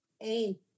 hey